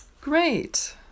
Great